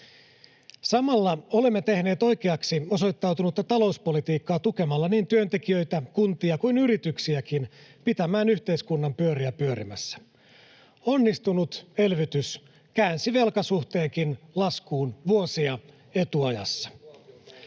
Samalla olemme tehneet oikeaksi osoittautunutta talouspolitiikkaa tukemalla niin työntekijöitä, kuntia kuin yrityksiäkin pitämään yhteiskunnan pyöriä pyörimässä. Onnistunut elvytys käänsi velkasuhteenkin laskuun vuosia etuajassa.